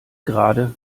gerade